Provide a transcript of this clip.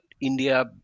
india